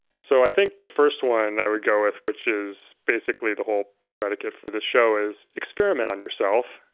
so i think the first one i would go with which is basically the whole predicate for this show is experiment on yourself,